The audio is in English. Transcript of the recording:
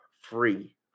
free